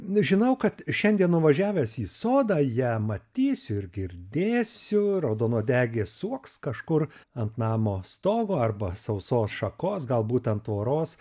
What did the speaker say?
nežinau kad šiandien nuvažiavęs į sodą ją matysiu ir girdėsiu raudonuodegė suoks kažkur ant namo stogo arba sausos šakos galbūt ant tvoros